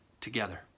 together